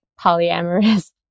polyamorous